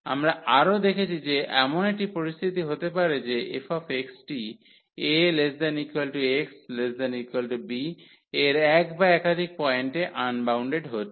আমরা আরও দেখেছি যে এমন একটি পরিস্থিতি হতে পারে যে fx টি axb এর এক বা একাধিক পয়েন্টে আনবাউন্ডেড হচ্ছে